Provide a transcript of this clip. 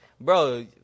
bro